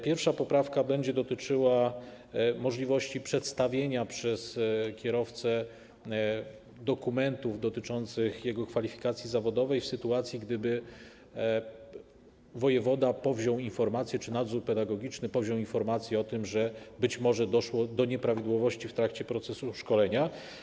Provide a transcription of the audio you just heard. Pierwsza poprawka będzie dotyczyła możliwości przedstawienia przez kierowcę dokumentów dotyczących jego kwalifikacji zawodowych w sytuacji, gdyby wojewoda czy nadzór pedagogiczny powziął informację o tym, że być może doszło do nieprawidłowości w trakcie procesu szkolenia.